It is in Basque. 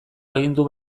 agindu